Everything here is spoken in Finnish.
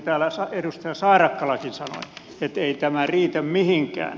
täällä edustaja saarakkalakin sanoi ettei tämä riitä mihinkään